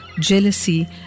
jealousy